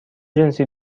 جنسی